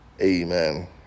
Amen